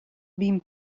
been